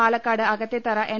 Palakkad Akathethara N